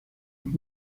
und